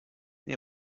nie